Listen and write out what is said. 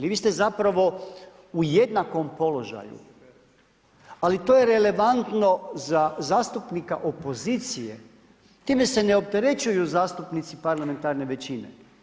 Vi ste zapravo u jednakom položaju, ali to je relevantno za zastupnika opozicije, time se ne opterećuju zastupnici parlamentarne većine.